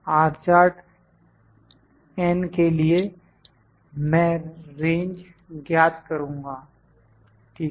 R chart N के लिए मैं रेंज ज्ञात करूँगा ठीक है